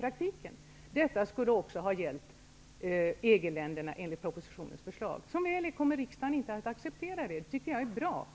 praktiken följa ett ärende. EG-länderna. Som väl är kommer riksdagen inte att acceptera detta. Det tycker jag är bra.